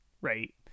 right